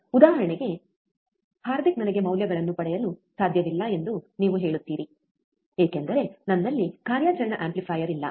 ಉದಾಹರಣೆಗೆ ಹಾರ್ದಿಕ್ ನನಗೆ ಮೌಲ್ಯಗಳನ್ನು ಪಡೆಯಲು ಸಾಧ್ಯವಿಲ್ಲ ಎಂದು ನೀವು ಹೇಳುತ್ತೀರಿ ಏಕೆಂದರೆ ನನ್ನಲ್ಲಿ ಕಾರ್ಯಾಚರಣಾ ಆಂಪ್ಲಿಫೈಯರ್ಗಳಿಲ್ಲ